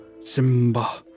Simba